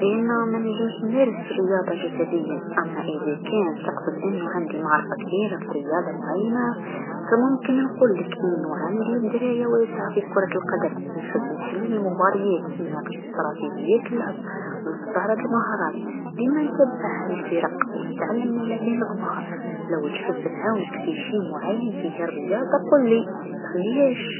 أنا منجمش نمارس رياضه جسديا، أما اذا كان تقصد أنو عندي معرفه كبيرفي رياضه معينه، فممكن نقولك عندي درايه واسعه في كرة القدم، نحب نحلل المباريات، ناقش إستراتيجيات اللعبه و نستعرض المهارات، لما نتبع الفرق و نتعلم من اللاعبين الكبار، لو تحب نعاونك في شي معين في ها رياضه قولي متخليهاش.